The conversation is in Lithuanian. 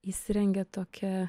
įsirengė tokią